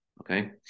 Okay